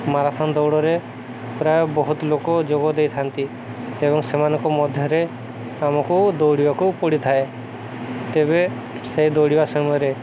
marathon ଦୌଡ଼ରେ ପ୍ରାୟ ବହୁତ ଲୋକ ଯୋଗ ଦେଇଥାନ୍ତି ଏବଂ ସେମାନଙ୍କ ମଧ୍ୟରେ ଆମକୁ ଦୌଡ଼ିବାକୁ ପଡ଼ିଥାଏ ତେବେ ସେ ଦୌଡ଼ିବା ସମୟରେ